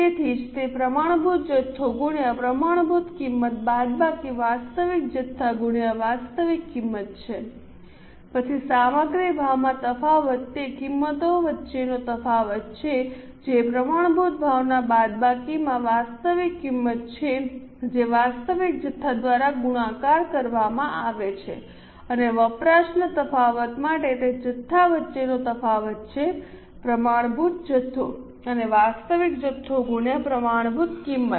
તેથી જ તે પ્રમાણભૂત જથ્થો ગુણ્યા પ્રમાણભૂત કિંમત બાદબાકી વાસ્તવિક જથ્થા ગુણ્યા વાસ્તવિક કિંમત છે પછી સામગ્રી ભાવમાં તફાવત તે કિંમતો વચ્ચેનો તફાવત છે જે પ્રમાણભૂત ભાવના બાદબાકીમાં વાસ્તવિક કિંમત છે જે વાસ્તવિક જથ્થા દ્વારા ગુણાકાર કરવામાં આવે છે અને વપરાશના તફાવત માટે તે જથ્થા વચ્ચેનો તફાવત છે પ્રમાણભૂત જથ્થો અને વાસ્તવિક જથ્થો ગુણ્યા પ્રમાણભૂત કિંમત